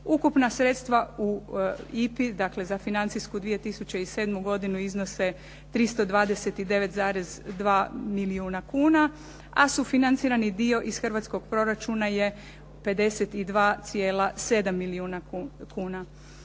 Ukupna sredstva u IPA-i dakle za financijsku 2007. godinu iznose 329,2 milijuna kuna a sufinancirani dio iz hrvatskog proračuna je 52,7 milijuna kuna